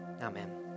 Amen